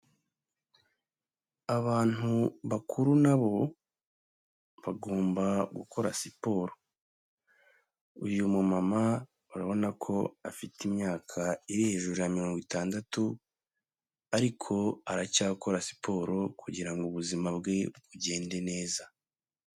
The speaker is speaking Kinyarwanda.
Abantu bakuru na bo bagomba gukora siporo, uyu mumama urabona ko afite imyaka iri hejuru ya mirongo itandatu ariko aracyakora siporo kugira ngo ubuzima bwe bugende neza.